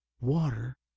water